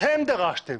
אתם דרשתם